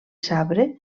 sabre